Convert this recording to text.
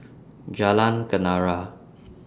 Jalan Kenarah